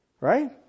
right